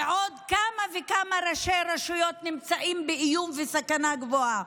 ועוד כמה וכמה ראשי רשויות נמצאים באיום וסכנה גבוהה.